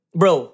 bro